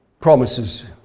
promises